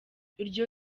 iryo